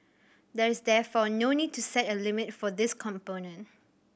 there is therefore no need to set a limit for this component